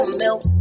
milk